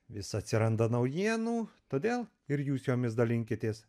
vis atsiranda naujienų todėl ir jūs jomis dalinkitės